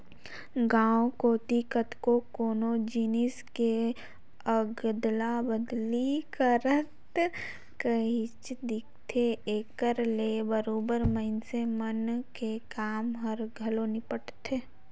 गाँव कोती कतको कोनो जिनिस के अदला बदली करत काहेच दिखथे, एकर ले बरोबेर मइनसे मन के काम हर घलो निपटथे